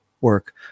work